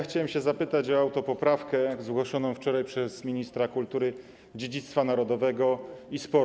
Chciałem zapytać o autopoprawkę zgłoszoną wczoraj przez ministra kultury, dziedzictwa narodowego i sportu.